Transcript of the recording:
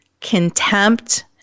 contempt